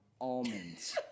almonds